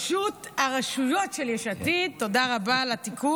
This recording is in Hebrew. ראשות הרשויות של יש עתיד, תודה רבה על התיקון.